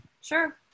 Sure